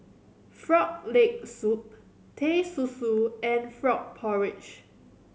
Frog Leg Soup Teh Susu and frog porridge